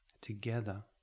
together